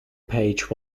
page